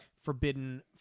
Forbidden